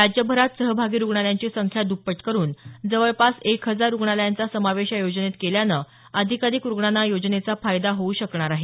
राज्यभरात सहभागी रुग्णालयांची संख्या दुप्पट करुन जवळपास एक हजार रुग्णालयांचा समावेश या योजनेत केल्यानं अधिकाधिक रुग्णांना योजनेचा फायदा होऊ शकणार आहे